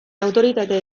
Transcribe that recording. autoritate